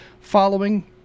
following